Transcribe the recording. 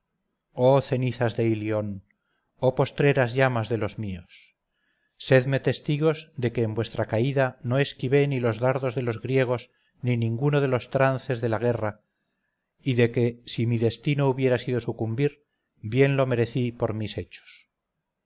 oh cenizas de ilión oh postreras llamas de los míos sedme testigos de que en vuestra caída no esquivé ni los dardos de los griegos ni ninguno de los trances de la guerra y de que si mi destino hubiera sido sucumbir bien lo merecí por mis hechos